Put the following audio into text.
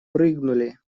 прыгнули